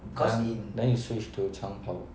then then you switch to 长跑